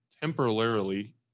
temporarily